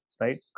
right